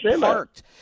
parked